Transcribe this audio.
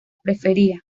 prefería